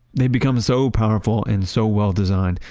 they become so powerful and so well-designed,